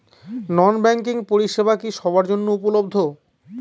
নন banking পরিষেবা কি সবার জন্য উপলব্ধ?